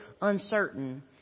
uncertain